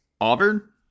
Auburn